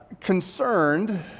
concerned